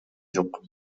жок